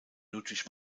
ludwig